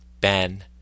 Ben